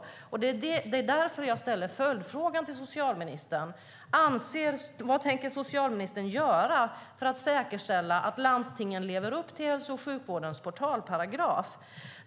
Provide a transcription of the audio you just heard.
Det är därför jag ställer följdfrågan till socialministern: Vad tänker socialministern göra för att säkerställa att landstingen lever upp till hälso och sjukvårdens portalparagraf?